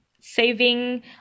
saving